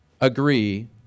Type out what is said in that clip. agree